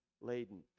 laden